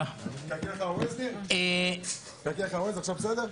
אחמד, שנייה אחת.